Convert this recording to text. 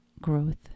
growth